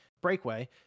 breakaway